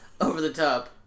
over-the-top